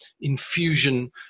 infusion